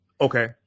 Okay